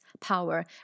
power